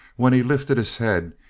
when he lifted his head,